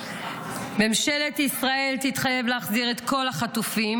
ממשלת ישראל תתחייב להחזיר את כל החטופים